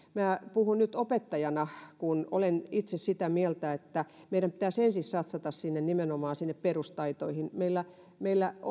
puhun nyt opettajana kun olen itse sitä mieltä että meidän pitäisi ensin satsata nimenomaan sinne perustaitoihin meillä meillä